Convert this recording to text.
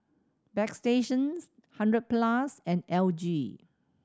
bagstationz Hundred Plus and L G